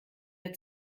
der